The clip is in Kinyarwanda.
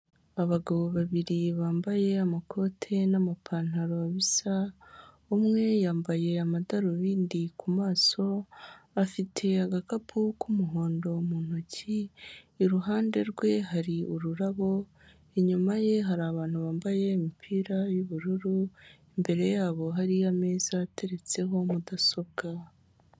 Abagabo babiri bambaye amakoti n'amapantaro bisa, umwe yambaye amadarubindi ku maso, afite agakapu k'umuhondo mu ntoki, iruhande rwe hari ururabo, inyuma ye hari abantu bambaye imipira y'ubururu, imbere yabo hari ameza ateretseho mudasobwa.